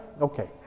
Okay